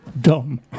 dumb